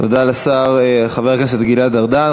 תודה לשר חבר הכנסת גלעד ארדן.